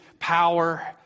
power